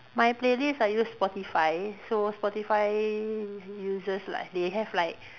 my playlist I use Spotify so Spotify uses like they have like